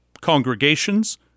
congregations